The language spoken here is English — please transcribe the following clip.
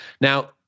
Now